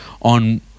on